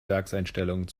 werkseinstellungen